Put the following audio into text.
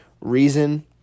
Reason